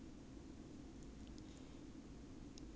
I do nothing I just sit at home and don't eat